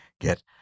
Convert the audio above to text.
get